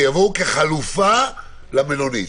שיבואו כחלופה למלונית.